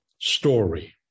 story